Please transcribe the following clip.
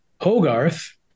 Hogarth